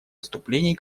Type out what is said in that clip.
выступлений